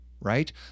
right